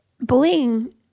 bullying